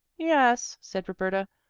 yes, said roberta,